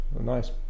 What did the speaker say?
nice